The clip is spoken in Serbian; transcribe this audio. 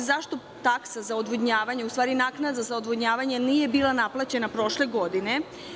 I zašto taksa za odvodnjavanje, odnosno naknada za odvodnjavanje nije bila naplaćena prošle godine?